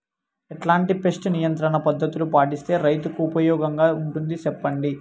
ఎట్లాంటి పెస్ట్ నియంత్రణ పద్ధతులు పాటిస్తే, రైతుకు ఉపయోగంగా ఉంటుంది సెప్పండి?